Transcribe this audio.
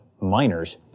miners